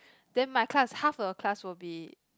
then my class half a class will be